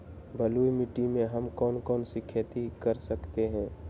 बलुई मिट्टी में हम कौन कौन सी खेती कर सकते हैँ?